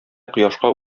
кояшка